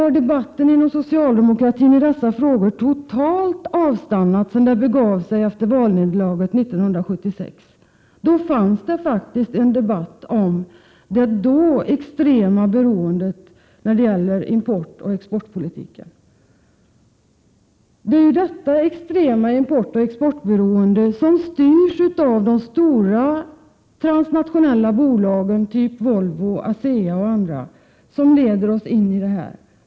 Har debatten inom socialdemokratin i dessa frågor totalt avstannat sedan det begav sig efter valnederlaget 1976? Vid den tiden fördes det faktiskt en debatt om det då extrema beroendet när det gäller importoch exportpolitiken. Det är ju detta extrema importoch exportberoende som styrs av de stora transnationella bolagen, bl.a. Volvo och ASEA.